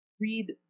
read